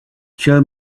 show